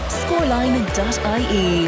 scoreline.ie